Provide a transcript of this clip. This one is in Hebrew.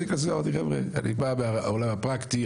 אני כזה אמרתי חבר'ה, אני בא מהעולם הפרקטי.